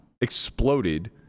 exploded